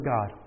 God